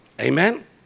Amen